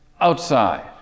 outside